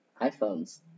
iPhones